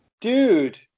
Dude